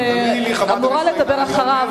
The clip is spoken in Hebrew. את אמורה לדבר אחריו,